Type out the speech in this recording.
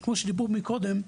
וכמו שאמרנו קודם,